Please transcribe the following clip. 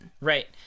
Right